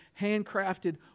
handcrafted